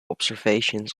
observations